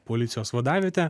policijos vadavietę